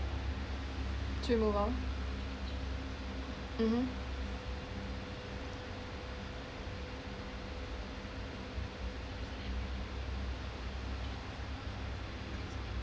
mmhmm